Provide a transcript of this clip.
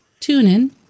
TuneIn